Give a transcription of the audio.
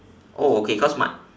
oh okay cause mine